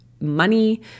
money